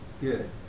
good